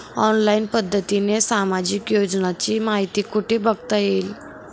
Online पद्धतीने सामाजिक योजनांची माहिती कुठे बघता येईल?